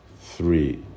three